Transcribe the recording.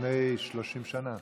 לפני 30 שנה?